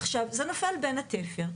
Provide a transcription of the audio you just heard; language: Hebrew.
עכשיו, זה נפל בין התפר.